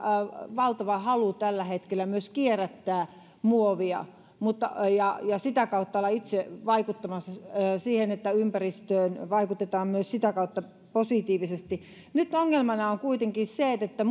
valtava halu myös kierrättää muovia ja sitä kautta olla itse vaikuttamassa siihen että ympäristöön vaikutetaan myös sitä kautta positiivisesti nyt ongelmana on kuitenkin se että